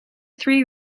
three